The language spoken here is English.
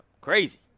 Crazy